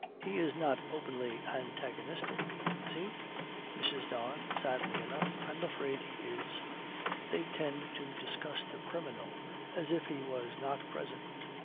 he is not openly antagonistic, is he mrs. don, sadly enough, i am afraid he is they tend to discuss the criminal as if he was not present.